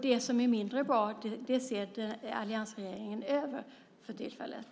Det som är mindre bra ser alliansregeringen över för tillfället.